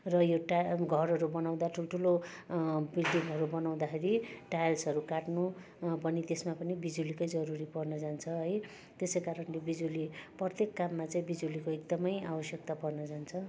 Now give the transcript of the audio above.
र एउटा घरहरू बनाउँदा ठुलठुलो बिल्डिङहरू बनाउँदाखेरि टाइल्सहरू काट्नु पनि त्यसमा पनि बिजुलीकै जरुरी पर्नु जान्छ है त्यसै कारणले बिजुली प्रत्येक काममा चाहिँ बिजुलीको एकदमै आवश्यकता पर्नु जान्छ